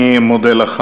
אני מודה לך.